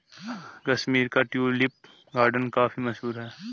कश्मीर का tulip garden काफी मशहूर है